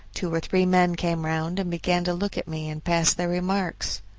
two or three men came round and began to look at me and pass their remarks.